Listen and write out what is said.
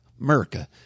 America